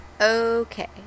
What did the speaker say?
Okay